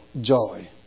joy